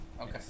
Okay